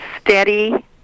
steady